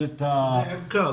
זאת ערכה.